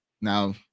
now